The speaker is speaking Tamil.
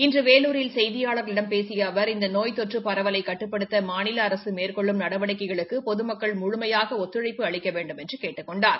இன்று வேலூரில் செய்தியாளர்களிடம் பேசிய அவர் இந்த நோய தொற்று பரவலை கட்டுப்படுத்த மாநில அரசு மேற்கொள்ளும் நடவடிக்கைகளுக்கு பொதுமக்கள் முழுமையாக ஒத்துழைப்பு அளிக்க வேண்டுமென்று கேட்டுக்கொண்டார்